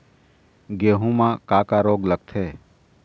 गेहूं म का का रोग लगथे?